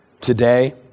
Today